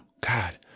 God